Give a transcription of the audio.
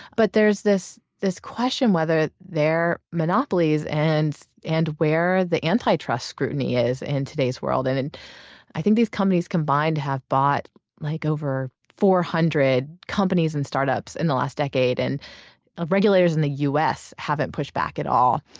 but there's this this question whether they're monopolies and and where the anti-trust scrutiny is in today's world and and i think these companies combined have bought like over four hundred companies and start-ups in the last decade. and regulators in the u. s. haven't pushed back at all.